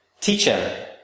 Teacher